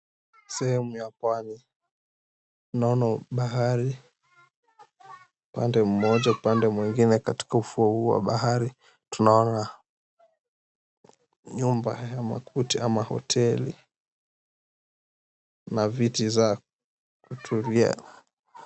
Sehemu ya pwani, unaona bahari pande moja, pande mwingine katika ufuo huu wa bahari tunaona nyumba ya makuti ama hoteli. Kuna viti za kutulia.